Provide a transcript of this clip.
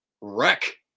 Wreck